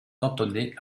cantonné